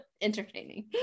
entertaining